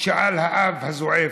כך שאל האבא הזועף.